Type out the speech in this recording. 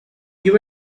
give